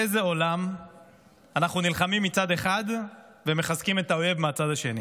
באיזה עולם אנחנו נלחמים מצד אחד ומחזקים את האויב מהצד השני?